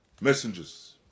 messengers